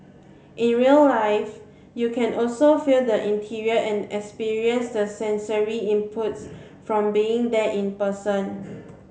in real life you can also feel the interior and experience the sensory inputs from being there in person